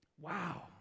wow